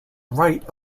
right